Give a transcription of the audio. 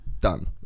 done